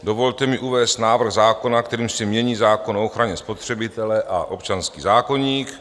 Dovolte mi uvést návrh zákona, kterým se mění zákon o ochraně spotřebitele a občanský zákoník.